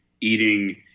eating